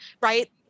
right